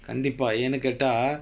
கண்டிப்பா:kandippaa